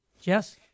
Jess